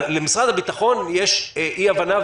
למשרד הביטחון יש אי הבנה,